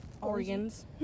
organs